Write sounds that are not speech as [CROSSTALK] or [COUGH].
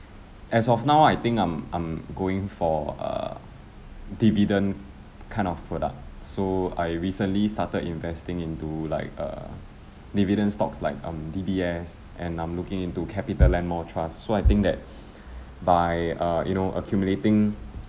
as of now I think I'm I'm going for a dividend kind of product so I recently started investing into like err dividend stocks like um D_B_S and I'm looking into CapitaLand Mall trust so I think that [BREATH] by err you know accumulating